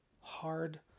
hard